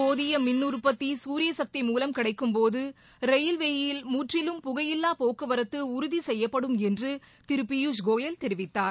போதிய மின் உற்பத்தி சூரிய சக்தி மூலம் கிளடக்கும்போது ரயில்வேயில் முற்றிலும் புகையில்லா போக்குவரத்து உறுதி செய்யப்படும் என்று திரு பியுஷ்கோயல் தெரிவித்தார்